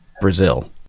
Brazil